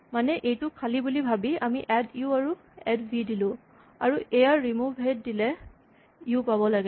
মানে এইটো খালী বুলি ভাৱি আমি এড ইউ আৰু এড ভি দিলোঁ আৰু এয়া ৰিমোভ হেড দিলে ইউ পাব লাগে